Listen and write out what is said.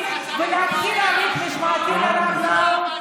להתחיל הליך משמעתי לרב לאו,